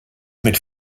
mit